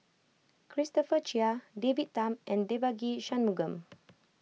Christopher Chia David Tham and Devagi Sanmugam